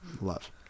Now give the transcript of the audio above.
love